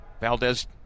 Valdez